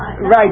right